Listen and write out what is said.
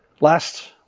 Last